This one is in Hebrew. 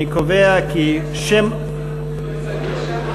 אני קובע כי שם, אדוני היושב-ראש,